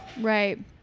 Right